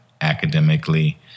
academically